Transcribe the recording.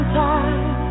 time